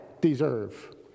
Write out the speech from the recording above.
deserve